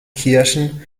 kirchen